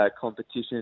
competition